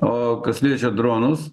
o kas liečia dronus